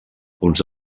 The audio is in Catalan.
punts